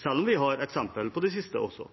selv om vi har eksempel på det siste også.